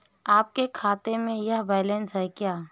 आपके खाते में यह बैलेंस है क्या?